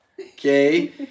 Okay